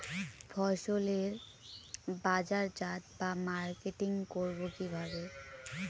ফসলের বাজারজাত বা মার্কেটিং করব কিভাবে?